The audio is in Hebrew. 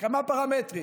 כמה פרמטרים,